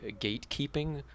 gatekeeping